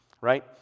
right